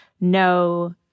no